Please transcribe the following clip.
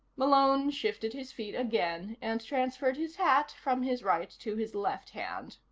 malone shifted his feet again and transferred his hat from his right to his left hand.